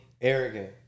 arrogant